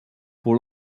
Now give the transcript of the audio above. pour